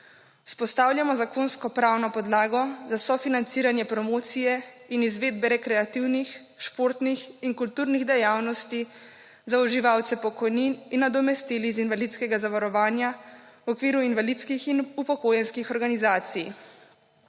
Vzpostavljamo zakonsko pravno podlago za sofinanciranje promocije in izvedbe rekreativnih, športnih in kulturnih dejavnosti za uživalce pokojnin in nadomestil iz invalidskega zavarovanja v okviru invalidskih in upokojenskih organizacij.